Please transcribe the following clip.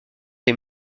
des